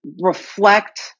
reflect